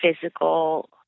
physical